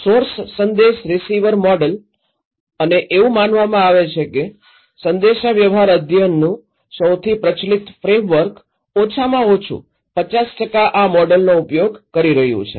source સંદેશ receiver model અને એવું માનવામાં આવે છે કે સંદેશાવ્યવહાર અધ્યયનનું સૌથી પ્રચલિત ફ્રેમવર્ક ઓછામાં ઓછું ૫૦ આ મોડેલનો ઉપયોગ કરી રહ્યું છે